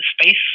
space